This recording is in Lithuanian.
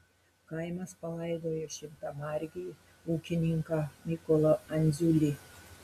kaimas palaidojo šimtamargį ūkininką mykolą andziulį